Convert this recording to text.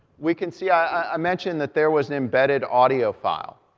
we can see, i mentioned that there was an embedded audio file.